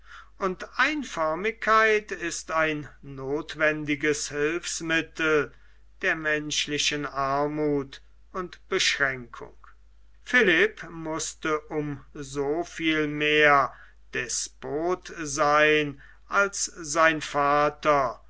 und einförmigkeit ist ein nothwendiges hilfsmittel der menschlichen armuth und beschränkung philipp mußte um so viel mehr despot sein als sein vater